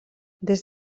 des